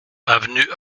avenue